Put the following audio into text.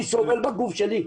אני סובל בגוף שלי,